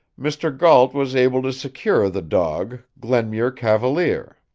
mr. gault was able to secure the dog glenmuir cavalier.